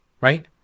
right